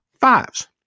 Fives